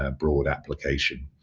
and broad application.